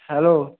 hello